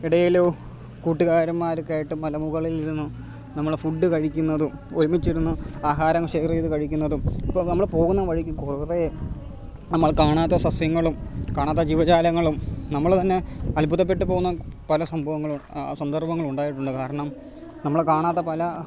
എവിടേലും കൂട്ടുകാരന്മാർ ഒക്കെയായിട്ട് മലമുകളിലിരുന്നു നമ്മൾ ഫുഡ്കഴിക്കുന്നതും ഒരുമിച്ചിരുന്ന് ആഹാരം ഷെയർ ചെയ്ത് കഴിക്കുന്നതും ഒക്കെ നമ്മൾ പോകുന്ന വഴിക്ക് കുറേ നമ്മൾ കാണാത്ത സസ്യങ്ങളും കാണാത്ത ജീവജാലങ്ങളും നമ്മൾ തന്നെ അത്ഭുതപെട്ട് പോകുന്ന പല സംഭവങ്ങളും സന്ദര്ഭങ്ങളും ഉണ്ടായിട്ടുണ്ട് കാരണം നമ്മൾ കാണാത്ത പല